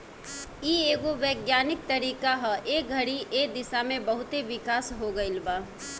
इ एगो वैज्ञानिक तरीका ह ए घड़ी ए दिशा में बहुते विकास हो गईल बा